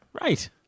Right